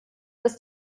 dass